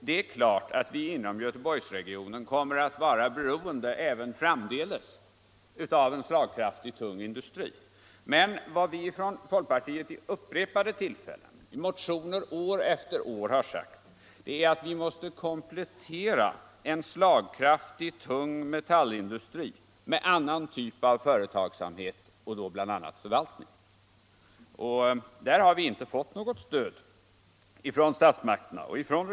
Det är klart att vi inom Göteborgsregionen kommer att vara beroende även framdeles av en slagkraftig tung industri, men vad vi från folkpartiet vid upprepade tillfällen, i motioner år efter år, har sagt är att vi måste komplettera en slagkraftig tung metallindustri med annan typ av företagsamhet och då bl.a. förvaltning. Där har vi inte fått något stöd från regeringen eller från statsmakterna i övrigt.